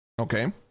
Okay